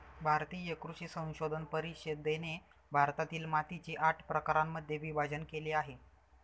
भारतीय कृषी संशोधन परिषदेने भारतातील मातीचे आठ प्रकारांमध्ये विभाजण केले आहे